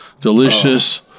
delicious